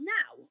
now